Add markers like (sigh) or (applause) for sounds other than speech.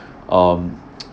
um (noise)